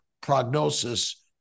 prognosis